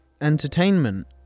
entertainment